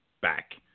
back